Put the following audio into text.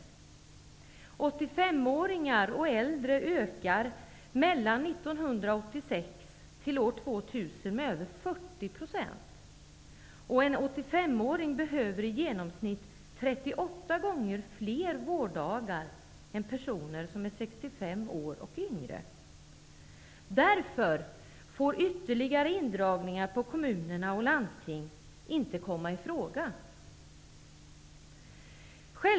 Antalet 85-åringar och äldre ökar mellan 1986 och 2000 med över 40 %, och en 85-åring behöver i genomsnitt 38 gånger fler vårddagar än en person som är 65 år eller yngre. Därför får ytterligare indragningar inte komma i fråga för kommuner och landsting.